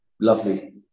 lovely